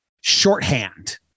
shorthand